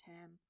term